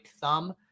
thumb